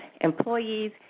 employees